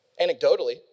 anecdotally